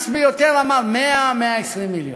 והאמיץ ביותר אמר 100 120 מיליון.